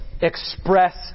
express